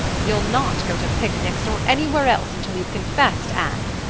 you'll not go to picnics nor anywhere else until you've confessed, anne.